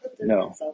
No